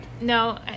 No